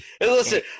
Listen